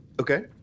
okay